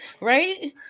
Right